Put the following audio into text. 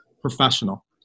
professional